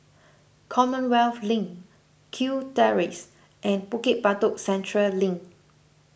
Commonwealth Link Kew Terrace and Bukit Batok Central Link